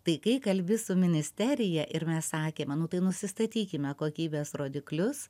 tai ką kalbi su ministerija ir mes sakėme nu tai nusistatykime kokybės rodiklius